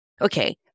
okay